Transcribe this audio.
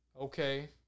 Okay